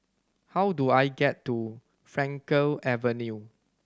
how do I get to Frankel Avenue